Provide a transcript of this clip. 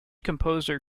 composer